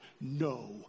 no